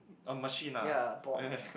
a machine ah